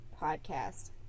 podcast